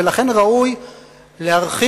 ולכן ראוי להרחיק